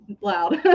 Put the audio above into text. loud